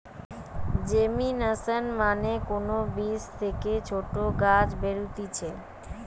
germination মানে কোন বীজ থেকে ছোট গাছ বেরুতিছে